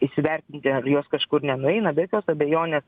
įsivertinti ar jos kažkur nenueina be jokios abejonės